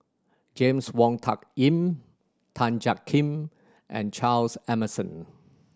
James Wong Tuck Yim Tan Jiak Kim and Charles Emmerson